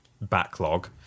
backlog